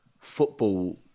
football